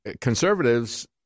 conservatives